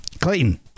Clayton